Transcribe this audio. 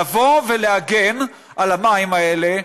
לבוא ולהגן על המים האלה,